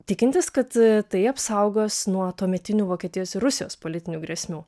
tikintis kad tai apsaugos nuo tuometinių vokietijos ir rusijos politinių grėsmių